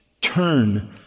turn